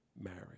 marriage